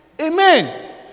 amen